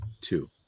two